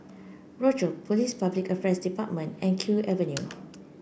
Rochor Police Public Affairs Department and Kew Avenue